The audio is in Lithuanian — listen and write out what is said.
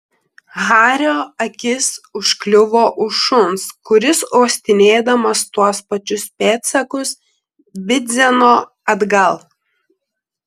hario akis užkliuvo už šuns kuris uostinėdamas tuos pačius pėdsakus bidzeno atgal